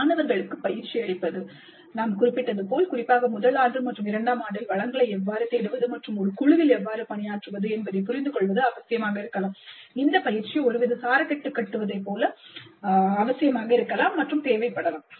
மாணவர்களுக்கு பயிற்சி அளிப்பது நாம் குறிப்பிட்டது போல் குறிப்பாக முதல் ஆண்டு மற்றும் இரண்டாம் ஆண்டில் வளங்களை எவ்வாறு தேடுவது மற்றும் ஒரு குழுவில் எவ்வாறு பணியாற்றுவது என்பதைப் புரிந்து கொள்வது அவசியமாக இருக்கலாம் இந்த பயிற்சி ஒருவித சாரக்கட்டு கட்டுவதைப் போன்று அவசியமாக இருக்கலாம் தேவைப்படலாம்